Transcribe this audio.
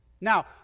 Now